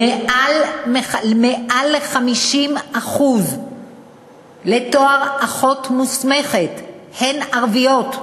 מעל ל-50% הלומדים לתואר אחות מוסמכת הם ערביות.